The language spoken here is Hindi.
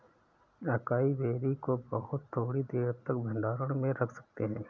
अकाई बेरी को बहुत थोड़ी देर तक भंडारण में रख सकते हैं